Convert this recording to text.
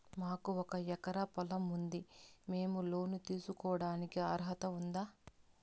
మాకు ఒక ఎకరా పొలం ఉంది మేము లోను తీసుకోడానికి అర్హత ఉందా